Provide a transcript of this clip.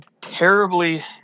terribly